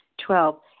Twelve